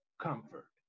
comfort